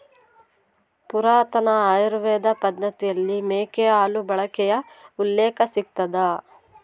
ಪುರಾತನ ಆಯುರ್ವೇದ ಪದ್ದತಿಯಲ್ಲಿ ಮೇಕೆ ಹಾಲು ಬಳಕೆಯ ಉಲ್ಲೇಖ ಸಿಗ್ತದ